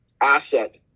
asset